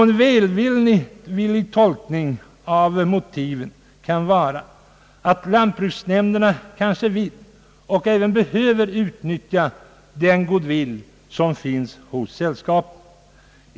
En välvillig tolkning av motiven kan därför vara att lantbruksnämnderna kanske vill och även behöver utnyttja den goodwill som finns hos sällskapen.